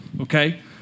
okay